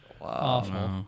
Awful